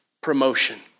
promotion